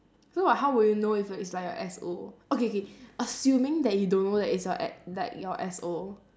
so like how would you know if it's it's like your S_O okay K assuming that you don't know that it's your like your S_O